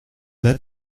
let